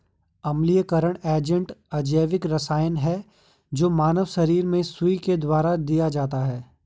अम्लीयकरण एजेंट अजैविक रसायन है जो मानव शरीर में सुई के द्वारा दिया जाता है